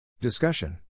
Discussion